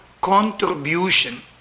contribution